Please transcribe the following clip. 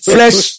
Flesh